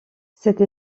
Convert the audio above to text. cette